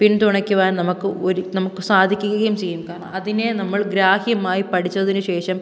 പിന്തു ണയ്ക്കുവാൻ നമുക്ക് ഒരു നമുക്ക് സാധിക്കുകയും ചെയ്യും കാരണം അതിനെ നമ്മൾ ഗ്രാഹ്യമായി പഠിച്ചതിന് ശേഷം